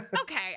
Okay